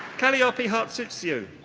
kalliopi hartoutsiou.